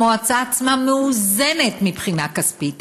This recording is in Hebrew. המועצה עצמה מאוזנת מבחינה כספית,